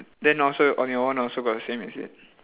then also on your one also got the same is it